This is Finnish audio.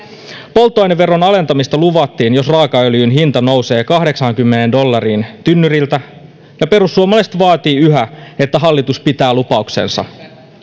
polttoaineveron alentamista luvattiin jos raakaöljyn hinta nousee kahdeksaankymmeneen dollariin tynnyriltä ja perussuomalaiset vaativat yhä että hallitus pitää lupauksensa